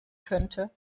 könnte